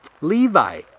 Levi